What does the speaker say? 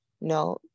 No